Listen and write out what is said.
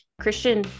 Christian